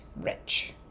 rich